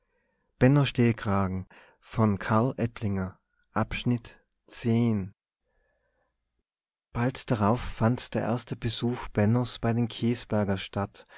bald darauf fand der erste besuch bennos bei den käsbergers statt